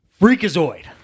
Freakazoid